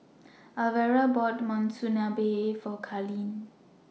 Alvera bought Monsunabe For Carlene